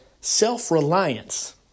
Self-Reliance